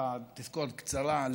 תזכורת קצרה,